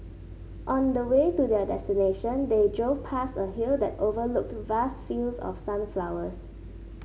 on the way to their destination they drove past a hill that overlooked vast fields of sunflowers